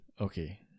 Okay